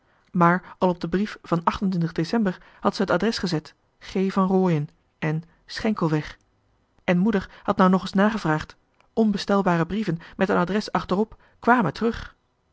maar al op de brief van ecember had ze het adres gezet g van rooien en schenkelweg en moeder had nou nog es nagevraagd onbestelbare brieven met een adres achterop kwàmen terug